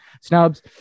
Snubs